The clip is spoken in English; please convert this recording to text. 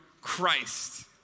Christ